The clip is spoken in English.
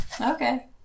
Okay